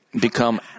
Become